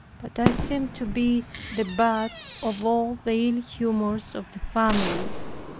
but i seemed to be the butt of all the ill-humors of the family.